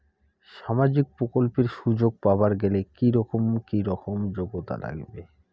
সামাজিক প্রকল্পের সুযোগ পাবার গেলে কি রকম কি রকম যোগ্যতা লাগিবে?